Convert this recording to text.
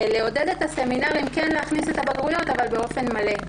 לעודד את הסמינרים כן להכניס את הבגרויות אבל באופן מלא,